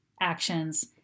actions